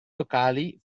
locali